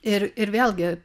ir ir vėlgi